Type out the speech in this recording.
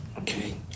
Okay